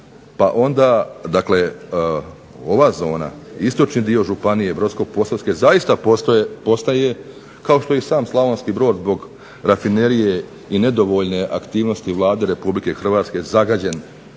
Pa onda ova zona istočni dio županije Brodsko-posavske zaista postaje kao što i sam Slavonski Brod zbog rafinerije i nedovoljne aktivnosti Vlade RH zagađen